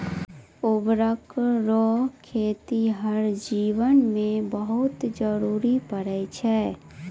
उर्वरक रो खेतीहर जीवन मे बहुत जरुरी पड़ै छै